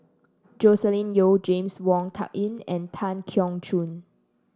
Joscelin Yeo James Wong Tuck Yim and Tan Keong Choon